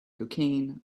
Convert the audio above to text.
cocaine